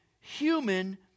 human